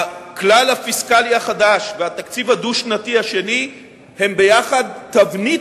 הכלל הפיסקלי החדש והתקציב הדו-שנתי השני הם ביחד תבנית